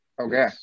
Okay